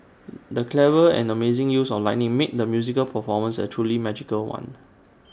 the clever and amazing use of lighting made the musical performance A truly magical one